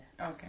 Okay